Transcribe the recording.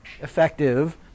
effective